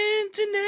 internet